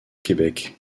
québec